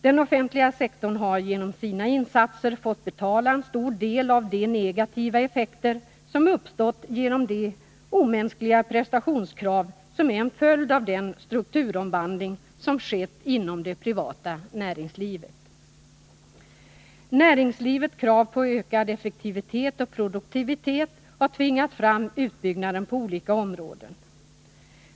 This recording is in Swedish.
Den offentliga sektorn har genom sina insatser fått betala en stor del av de negativa effekter som uppstått på grund av de omänskliga prestationskrav som är en följd av den strukturomvandling som har skett inom det privata näringslivet. Näringslivets krav på ökad effektivitet och produktivitet har tvingat fram utbyggnad på olika områden.